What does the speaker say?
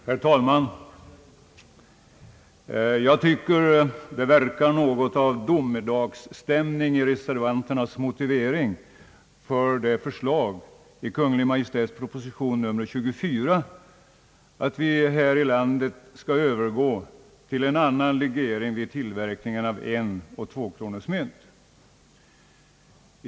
Herr talman! Det ligger något av domedagsstämning över reservanternas skrivning med anledning av förslaget i Kungl. Maj:ts proposition nr 24, att vi här i landet skall övergå till en annan legering vid tillverkningen av enoch tvåkronorsmynt.